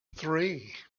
three